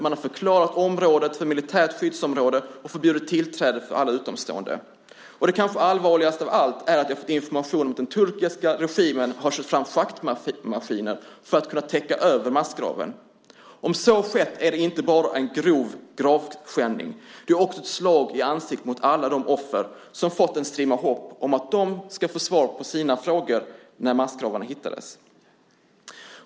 Man har förklarat området för militärt skyddsområde och förbjudit tillträde för alla utomstående. Det kanske allvarligaste av allt är att vi har fått information om att den turkiska regimen har kört fram schaktmaskiner för att kunna täcka över massgraven. Om så har skett är det inte bara en grov gravskändning. Det är också ett slag i ansiktet mot alla de offer som fått en strimma hopp om att de ska få svar på sina frågor när massgravarna hittades.